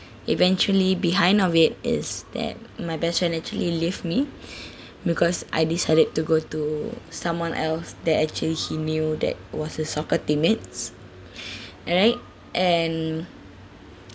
eventually behind of it is that my best friend actually leave me because I decided to go to someone else that actually he knew that was a soccer teammates alright and